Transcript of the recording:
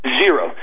zero